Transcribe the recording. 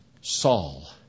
Saul